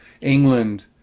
England